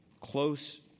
close